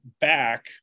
back